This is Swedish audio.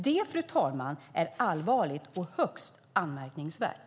Det, fru talman, är allvarligt och högst anmärkningsvärt.